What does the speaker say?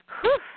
Whew